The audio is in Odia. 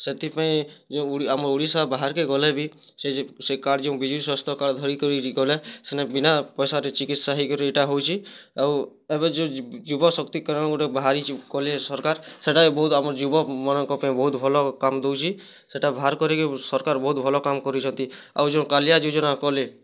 ସେଥିପାଇଁ ଯେଉଁ ଆମ ଓଡ଼ିଶା ବାହାର୍କେ ଗଲେବି ସେଇ ଯୋଉ ସେଇ କାର୍ଡ୍ ଯୋଉ ବିଜୁ ସ୍ଵାସ୍ଥ୍ୟ କାର୍ଡ଼୍ ଧରି କରିଗଲେ ସେନେ ବିନା ପଇସାରେ ଚିକିତ୍ସା ହେଇକରି ଏଟା ହେଉଛେ ଆଉ ଏବେ ଯୋଉ ଯୁବ ଶକ୍ତିକରଣ ଗୁଟେ ବାହାରିଛି କଲେ ସରକାର୍ ସେଟା'କେ ବହୁତ ଆମର ଯୁବମାନଙ୍କ ପାଇଁ ବହୁତ ଭଲ୍ କାମ୍ ଦୋଉଛି ସେଟା ବାହାର କରିକି ସରକାର୍ ବହୁତ ଭଲ୍ କାମ୍ କରିଛନ୍ତି ଆଉ ଯୋଉ କାଳିଆ ଯୋଜନା କଲେ